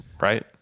right